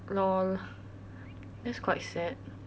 lol that's quite sad